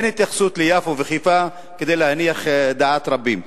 אין התייחסות ליפו וחיפה, כדי להניח דעת רבים.